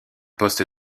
poste